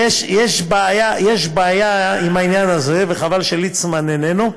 בעיה עם העניין הזה, וחבל שליצמן איננו.